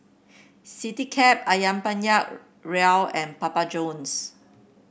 Citycab ayam Penyet Ria and Papa Johns